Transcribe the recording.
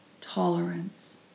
tolerance